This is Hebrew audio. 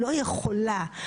לא יכולה.